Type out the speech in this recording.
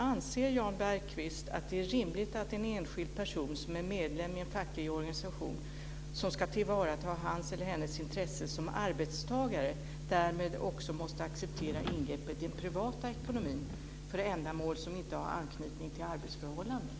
Anser Jan Bergqvist att det är rimligt att en enskild person som är medlem i en facklig organisation som ska tillvarata hans eller hennes intressen som arbetstagare därmed också måste acceptera ingrepp i den privata ekonomin för ändamål som inte har anknytning till arbetsförhållanden?